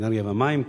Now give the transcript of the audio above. האנרגיה והמים.